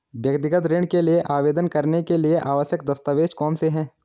व्यक्तिगत ऋण के लिए आवेदन करने के लिए आवश्यक दस्तावेज़ कौनसे हैं?